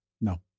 No